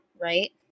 right